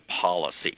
policy